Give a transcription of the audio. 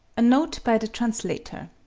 a note by the translator